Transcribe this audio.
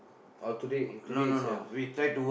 or today today itself